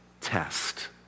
test